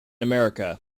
america